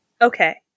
Okay